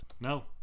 No